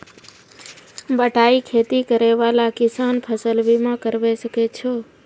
बटाई खेती करै वाला किसान फ़सल बीमा करबै सकै छौ?